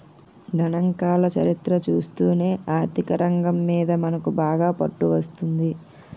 గణాంకాల చరిత్ర చూస్తేనే ఆర్థికరంగం మీద మనకు బాగా పట్టు వస్తుంది